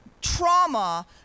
trauma